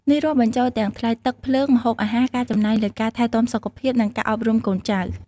នេះរាប់បញ្ចូលទាំង ថ្លៃទឹក ភ្លើង ម្ហូបអាហារ ការចំណាយលើការថែទាំសុខភាព និងការអប់រំកូនចៅ។